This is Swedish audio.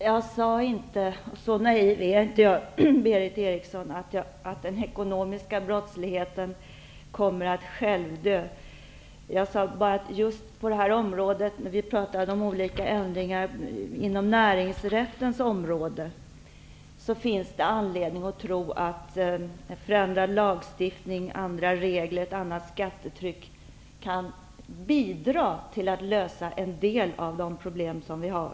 Herr talman! Jag är inte så naiv, Berith Eriksson, att jag tror att den ekonomiska brottsligheten kommer att självdö. När vi talade om olika ändringar inom näringsrättens område, sade jag att det finns anledning att tro att en förändrad lagstiftning, andra regler, ett annat skattetryck, kan bidra till att lösa en del av de problem som vi har.